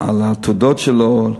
על התודות שלו,